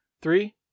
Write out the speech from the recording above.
Three